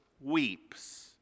weeps